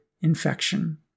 infection